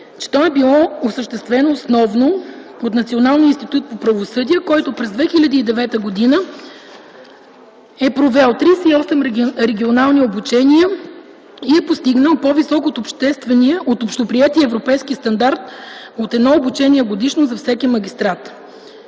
Националния институт по правосъдие, който през 2009 г. е провел 38 регионални обучения и е постигнал по-висок от общоприетия европейски стандарт от едно обучение годишно за всеки магистрат.